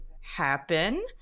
happen